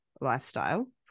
lifestyle